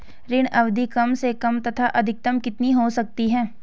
ऋण अवधि कम से कम तथा अधिकतम कितनी हो सकती है?